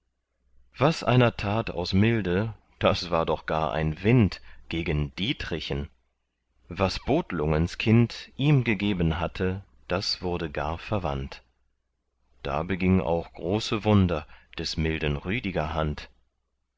was einer tat aus milde das war doch gar ein wind gegen dietrichen was botlungens kind ihm gegeben hatte das wurde gar verwandt da beging auch große wunder des milden rüdiger hand